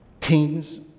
Teens